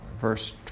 verse